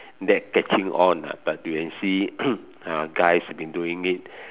that catching on ah but you can see uh guys have been doing it